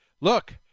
Look